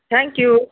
thank you